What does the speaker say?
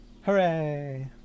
Hooray